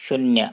शून्य